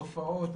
התופעות,